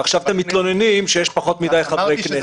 ועכשיו אתם מתלוננים שיש פחות מדי חברי כנסת.